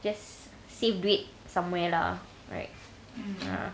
just saved duit somewhere lah right ya